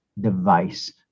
device